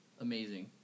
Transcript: amazing